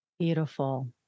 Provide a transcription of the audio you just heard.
Beautiful